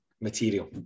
material